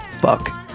fuck